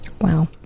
Wow